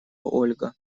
ольга